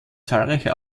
zahlreiche